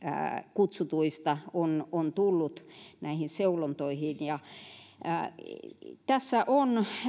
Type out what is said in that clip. kutsutuista on on tullut näihin seulontoihin tässä on